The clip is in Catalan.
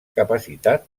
capacitat